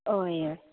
हय हय